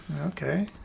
Okay